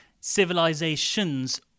civilizations